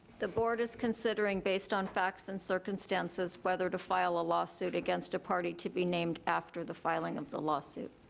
the board is considering based on facts and circumstances whether to file a lawsuit against a party to be named after the filing of the lawsuit.